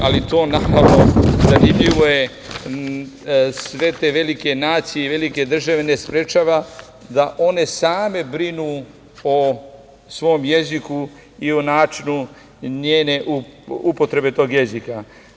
Zanimljivo je, sve te velike nacije i velike države ne sprečava da one same brinu o svom jeziku i o načinu upotrebe tog jezika.